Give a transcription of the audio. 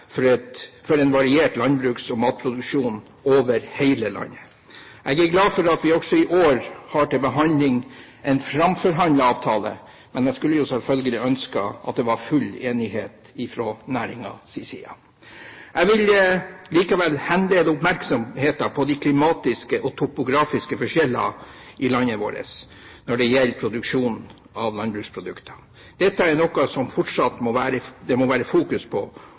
for en variert landbruks- og matproduksjon over hele landet. Jeg er glad for at vi også i år har til behandling en framforhandlet avtale, men jeg skulle jo selvfølgelig ha ønsket at det var full enighet i næringen. Jeg vil henlede oppmerksomheten på de klimatiske og topografiske forskjellene i landet vårt når det gjelder produksjon av landbruksprodukter. Dette er noe det fortsatt må være fokus på – herunder må det ses mer på